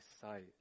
sight